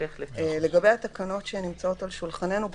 לגבי התקנות שנמצאות על שולחננו,